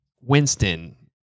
Winston